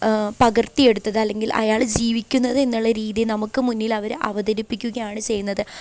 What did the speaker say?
പകർത്തിയെടുത്തത് അല്ലെങ്കിൽ അയാള് ജീവിക്കുന്നത് എന്നുള്ള രീതി നമുക്ക് മുന്നിൽ അവർ അവതരിപ്പിക്കുകയാണ് ചെയ്യുന്നത്